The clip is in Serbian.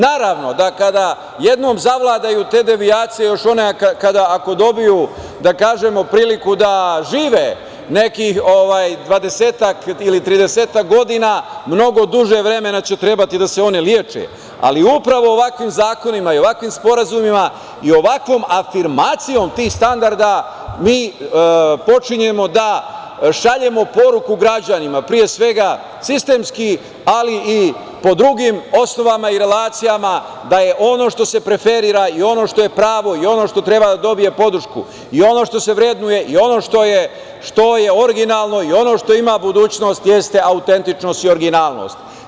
Naravno, da kada jednom zavladaju te devijacije još one kada dobiju, da kažemo, priliku da žive nekih dvadesetak ili tridesetak godina, mnogo duže vremena će trebati da se one leče, ali upravo ovakvim zakonima i ovakvim sporazumima i ovakvom afirmacijom tih standarda mi počinjemo da šaljemo poruku građanima, pre svega sistemski, ali i po drugim osnovama i relacijama da je ono što se preferira i ono što je pravo i ono što treba da dobije podršku i ono što se vrednuje i ono što je originalno i ono što ima budućnost jeste autentičnost i originalnost.